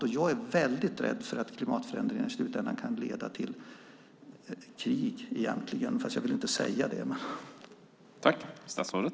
Jag är egentligen väldigt rädd för att klimatförändringar i slutändan kan leda till krig, fast jag vill inte säga det.